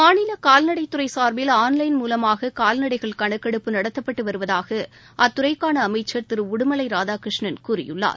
மாநில கால்நடைதுறை சா்பில் ஆன்லைன் மூலமாக கால்நடைகள் கணக்கெடுப்பு நடத்தப்பட்டு வருவதாக அத்துறைக்கான அமைச்சர் திரு உடுமலை ராதாகிருஷ்ணன் கூறியுள்ளார்